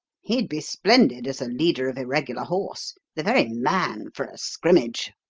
he'd be splendid as a leader of irregular horse the very man for a scrimmage!